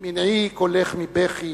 "מנעי קולך מבכי